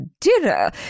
dinner